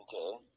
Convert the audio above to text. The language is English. Okay